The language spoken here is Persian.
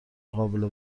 قابل